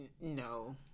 no